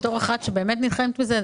בתור אחת שבאמת נלחמת בזה,